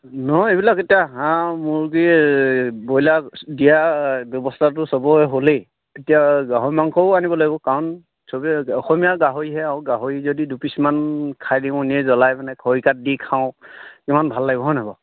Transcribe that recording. নহয় এইবিলাক এতিয়া হাঁহ মুৰ্গী ব্ৰইলাৰ দিয়া ব্যৱস্থাটো সবৰে হ'লেই এতিয়া গাহৰি মাংসও আনিব লাগিব কাৰণ সবেই অসমীয়া গাহৰিহে আৰু গাহৰি যদি দুপিছমান খাই দিও এনেই জ্বলাই মানে খৰিকাত দি খাওঁ কিমান ভাল লাগিব হয়নে বাৰু